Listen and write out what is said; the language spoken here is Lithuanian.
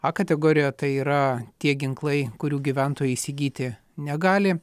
a kategorija tai yra tie ginklai kurių gyventojai įsigyti negali